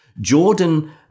Jordan